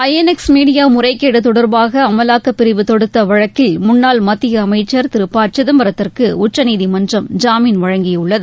ஐ N X media முறைகேடு தொடர்பாக அமலாக்கப்பிரிவு தொடுத்த வழக்கில் முன்னாள் மத்திய அமைச்சர் திரு ப சிதம்பரத்திற்கு உச்சநீதிமன்றம் ஜாமீன் வழங்கியுள்ளது